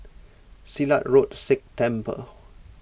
Silat Road Sikh Temple